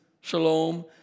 shalom